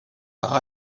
par